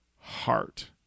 heart